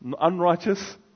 unrighteous